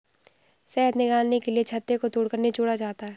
शहद निकालने के लिए छत्ते को तोड़कर निचोड़ा जाता है